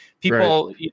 people